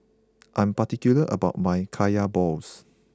I'm particular about my Kaya Balls